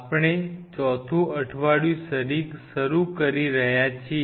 આપણે ચોથું અઠવાડિયું શરૂ કરી રહ્યા છીએ